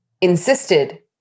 insisted